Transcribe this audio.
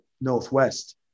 Northwest